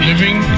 Living